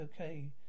okay